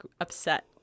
upset